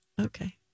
Okay